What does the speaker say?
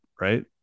right